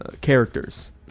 characters